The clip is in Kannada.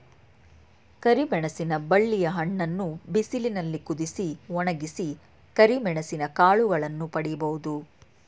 ಕರಿಮೆಣಸಿನ ಬಳ್ಳಿಯ ಹಣ್ಣನ್ನು ಬಿಸಿಲಿನಲ್ಲಿ ಕುದಿಸಿ, ಒಣಗಿಸಿ ಕರಿಮೆಣಸಿನ ಕಾಳುಗಳನ್ನು ಪಡಿಬೋದು